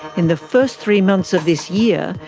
in the first three months of this year,